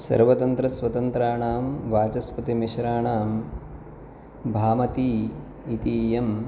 सर्वतन्त्रस्वतन्त्राणां वाचस्पतिमिश्राणां भामती इति इयम्